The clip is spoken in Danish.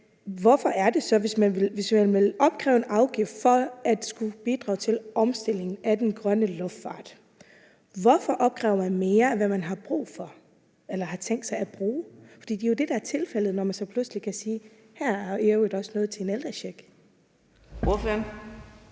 fungerer. Men hvis man vil opkræve en afgift for at skulle bidrage til en omstilling til en grøn luftfart, hvorfor opkræver man så mere, end hvad man har brug for eller har tænkt sig at bruge? For det er jo det, der er tilfældet, når man så pludselig kan sige, at her er der i øvrigt også noget til en ældrecheck. Kl.